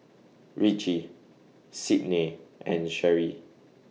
Ritchie Sydnee and Cherrie